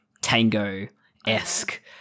Tango-esque